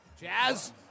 Jazz